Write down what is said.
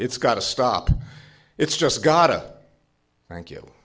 it's got to stop it's just gotta thank you